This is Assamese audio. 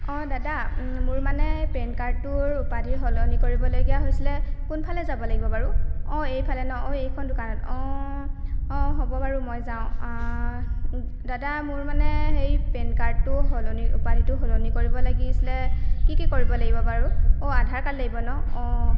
অঁ দাদা মোৰ মানে এই পেনকাৰ্ডটোৰ উপাধি সলনি কৰিবলগীয়া হৈছিলে কোনফালে যাব লাগিব বাৰু অঁ এইফালে ন অঁ এইখন দোকানত অঁ অঁ হ'ব বাৰু মই যাওঁ দাদা মোৰ মানে হেৰি পেনকাৰ্ডটো সলনি উপাধিটো সলনি কৰিব লাগিছিলে কি কি কৰিব লাগিব বাৰু অ' আধাৰ কাৰ্ড লাগিব ন অঁ